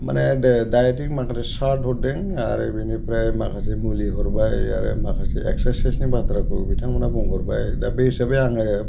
माने दायटिक माखासे सार्ट हरदों आरो बेनिफ्राय माखासे मुलि हरबाय आरो माखासे एक्सारसायनि बाथ्राखौ बिथांमोनहा बुंहरबाय दा बे हिसाबै आङो